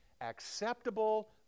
acceptable